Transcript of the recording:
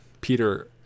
Peter